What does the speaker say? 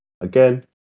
again